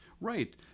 Right